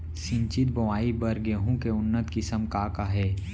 सिंचित बोआई बर गेहूँ के उन्नत किसिम का का हे??